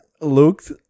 looked